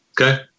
Okay